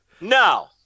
No